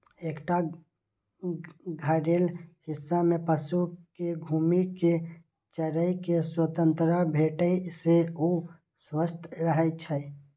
एकटा घेरल हिस्सा मे पशु कें घूमि कें चरै के स्वतंत्रता भेटै से ओ स्वस्थ रहै छै